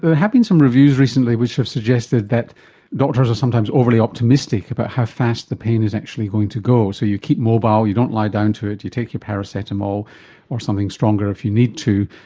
there have been some reviews recently which have suggested that doctors are sometimes overly optimistic about how fast the pain is actually going to go, so you keep mobile, you don't lie down to it, you take your paracetamol or something stronger if you need to,